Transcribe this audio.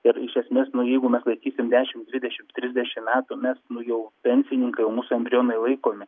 ir iš esmės nu jeigu mes laikysim dešim dvidešim trisdešim metų mes nu jau pensininkai jau mūsų embrionai laikomi